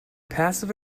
passive